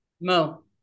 Mo